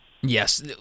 Yes